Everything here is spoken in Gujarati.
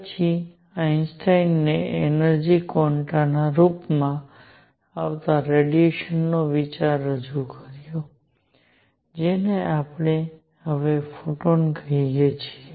પછી આઇન્સ્ટાઇને એનર્જિ ક્વાન્ટાના રૂપમાં આવતા રેડિયેશન નો વિચાર રજૂ કર્યો જેને આપણે હવે ફોટોન કહીએ છીએ